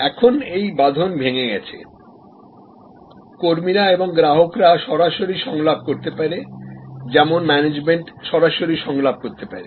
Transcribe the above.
এখন এই বাধা আর নেই কর্মীরা এবং গ্রাহকরা সরাসরি সংলাপ করতে পারে যেমন ম্যানেজমেন্ট সরাসরি সংলাপ করতে পারে